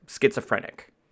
schizophrenic